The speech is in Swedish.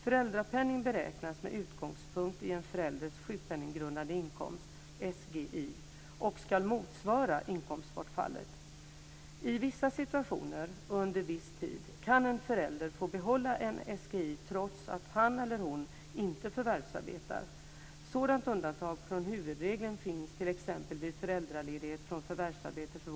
Föräldrapenning beräknas med utgångspunkt i en förälders sjukpenninggrundande inkomst, SGI, och ska motsvara inkomstbortfallet. I vissa situationer och under viss tid kan en förälder få behålla en SGI trots att han eller hon inte förvärvsarbetar. Sådant undantag från huvudregeln finns t.ex.